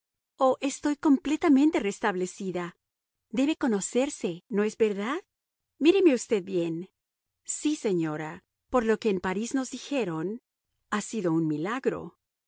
oh estoy completamente restablecida debe conocerse no es verdad míreme usted bien sí señora por lo que en parís nos dijeron ha sido un milagro